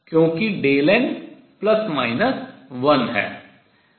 क्योंकि n ±1 है